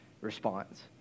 response